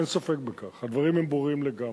אין ספק בכך, הדברים הם ברורים לגמרי.